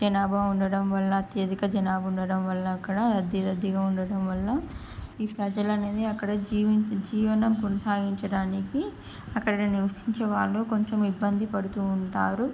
జనాభా ఉండడం వల్ల అత్యధిక జనాభా ఉండడం వల్ల అక్కడ రద్దీ రద్దీగా ఉండడం వల్ల ఈ ప్రజలు అనేది అక్కడ జీవించి జీవనం కొనసాగించడానికి అక్కడ నివసించే వాళ్ళు కొంచెం ఇబ్బంది పడుతూ ఉంటారు